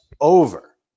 over